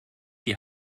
die